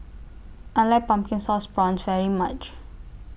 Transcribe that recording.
I like Pumpkin Sauce Prawns very much